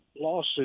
lawsuit